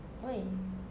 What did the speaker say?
why